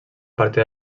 partida